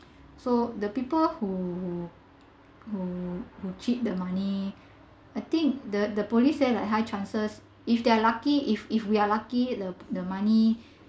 so the people who who who who cheat the money I think the the police said like high chances if they are lucky if if we are lucky the the money